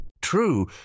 True